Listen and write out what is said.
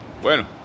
Bueno